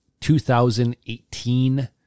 2018